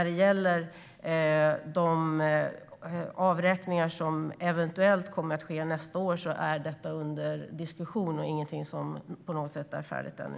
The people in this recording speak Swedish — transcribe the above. De avräkningar som eventuellt kommer att ske nästa år är under diskussion. Det är ingenting som på något sätt är färdigt ännu.